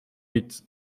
huit